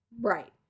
Right